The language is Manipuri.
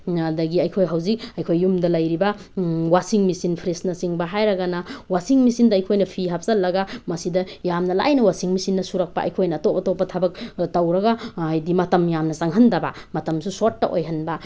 ꯑꯗꯒꯤ ꯑꯩꯈꯣꯏ ꯍꯧꯖꯤꯛ ꯑꯩꯈꯣꯏ ꯌꯨꯝꯗ ꯂꯩꯔꯤꯕ ꯋꯥꯁꯤꯡ ꯃꯦꯆꯤꯟ ꯐ꯭ꯔꯤꯖꯅꯆꯤꯡꯕ ꯍꯥꯏꯔꯒꯅ ꯋꯥꯁꯤꯡ ꯃꯦꯆꯤꯟꯗ ꯑꯩꯈꯣꯏꯅ ꯐꯤ ꯍꯥꯞꯆꯤꯜꯂꯒ ꯃꯁꯤꯗ ꯌꯥꯝꯅ ꯂꯥꯏꯅ ꯋꯥꯁꯤꯡ ꯃꯦꯆꯤꯟꯅ ꯁꯨꯔꯛꯄ ꯑꯩꯈꯣꯏꯅ ꯑꯇꯣꯞ ꯑꯇꯣꯞꯄ ꯊꯕꯛ ꯇꯧꯔꯒ ꯑꯗꯤ ꯃꯇꯝ ꯌꯥꯝꯅ ꯆꯪꯍꯟꯗꯕ ꯃꯇꯝꯁꯨ ꯁꯣꯔꯠꯇ ꯑꯣꯏꯍꯟꯕ